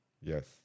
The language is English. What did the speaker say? Yes